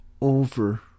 over